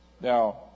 Now